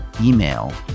email